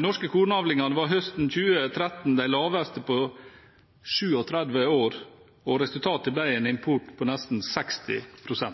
norske kornavlingene var høsten 2013 de laveste på 37 år, og resultatet ble en import på nesten 60 pst.